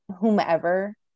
whomever